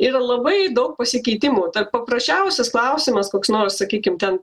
yra labai daug pasikeitimų ta paprasčiausias klausimas koks nors sakykim ten